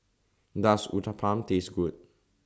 Does Uthapam Taste Good